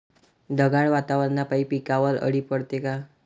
ढगाळ वातावरनापाई पिकावर अळी पडते का?